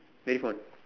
very fun